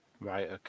right